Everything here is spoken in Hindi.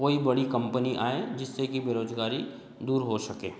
कोई बड़ी कम्पनी आए जिससे कि बेरोज़गारी दूर हो सके